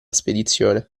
spedizione